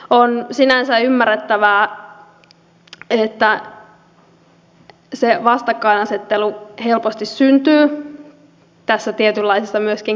on sinänsä ymmärrettävää että se vastakkainasettelu helposti syntyy tässä tietynlaisessa myöskin klikkauskulttuurissa